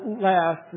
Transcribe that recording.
last